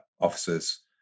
officers